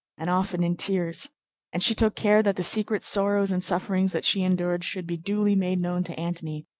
and often in tears and she took care that the secret sorrows and sufferings that she endured should be duly made known to antony,